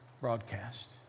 broadcast